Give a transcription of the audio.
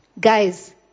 Guys